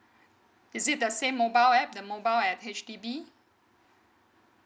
is it the same mobile app the mobile at H_D_B